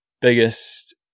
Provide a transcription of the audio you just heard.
biggest